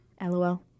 LOL